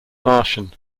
martian